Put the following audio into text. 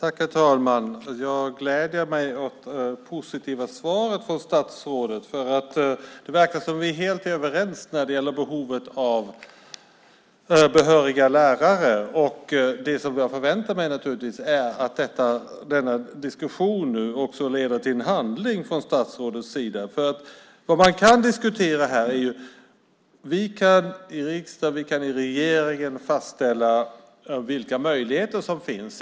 Herr talman! Jag gläder mig åt det positiva svaret från statsrådet. Det verkar som att vi är helt överens när det gäller behovet av behöriga lärare. Det som jag nu förväntar mig är naturligtvis att denna diskussion också ska leda till handling från statsrådets sida. Vi kan i riksdagen och i regeringen fastställa vilka möjligheter som finns.